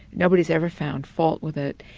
nobody's ever found fault with it.